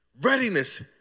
Readiness